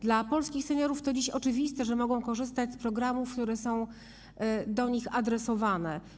Dla polskich seniorów to dziś oczywiste, że mogą korzystać z programów, które są do nich adresowane.